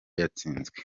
yatsinzwe